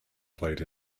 played